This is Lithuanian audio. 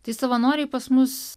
tai savanoriai pas mus